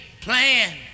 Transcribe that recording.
plan